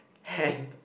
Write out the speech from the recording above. and